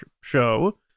show